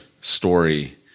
story